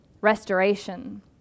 restoration